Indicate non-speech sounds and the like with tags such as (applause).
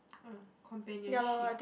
(noise) uh companionship